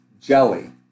jelly